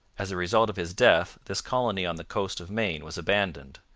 as a result of his death this colony on the coast of maine was abandoned,